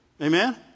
Amen